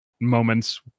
moments